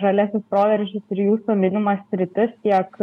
žaliasis proveržis ir į jūsų minimas sritis tiek